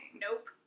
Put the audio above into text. Nope